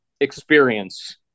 experience